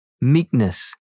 meekness